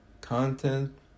content